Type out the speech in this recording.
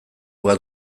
bat